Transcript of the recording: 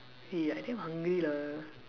eh I damn hungry lah